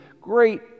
Great